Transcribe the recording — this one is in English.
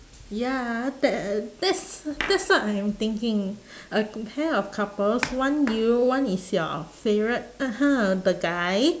ya that that's that's what I am thinking a pair of couples one you one is your favourite (uh huh) the guy